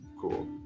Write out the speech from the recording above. Cool